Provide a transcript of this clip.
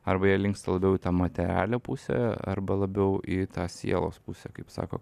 arba jie linksta labiau į tą materialią pusę arba labiau į tą sielos pusę kaip sako